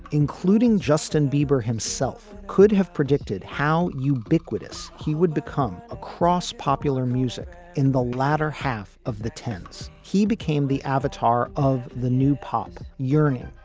including justin bieber himself, could have predicted how ubiquitous he would become across popular music. in the latter half of the tents, he became the avatar of the new pop, yearning,